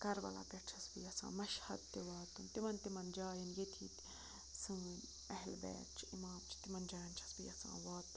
کَربَلا پٮ۪ٹھ چھَس بہٕ یَژھان مَشہَت تہِ واتُن تِمَن تِمَن جایَن ییٚتہِ ییٚتہِ سٲنۍ اہل بیت چھِ اِمام چھِ تِمَن جایَن چھَس بہٕ یَژھان واتُن